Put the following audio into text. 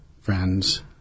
friends